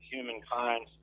Humankind